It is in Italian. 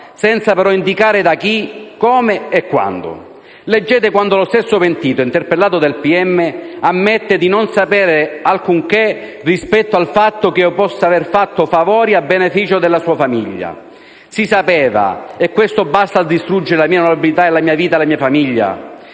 senza però indicare da chi, come e quando. Leggete quando lo stesso pentito, interpellato dal pubblico ministero, ammette di non sapere alcunché rispetto al fatto che io possa aver fatto "favori" a beneficio della sua famiglia! "Si sapeva", e questo basta a distruggere la mia onorabilità, la mia vita e la mia famiglia.